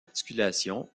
articulation